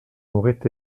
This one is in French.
aurait